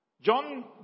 John